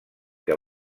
que